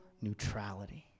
neutrality